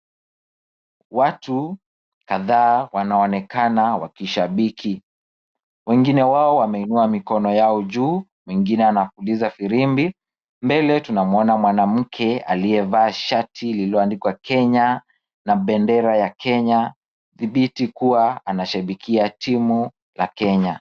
Watu kadhaa wanaonekana wakishabiki. Wengine wao wameinua mikono yao juu , mwingine anapuliza filimbi. Mbele tunamwona mwanamke aliyevakia shati iliyoandikwa Kenya na bendera ya kenya ikidhibiti kuwa anashabikia timu ya Kenya.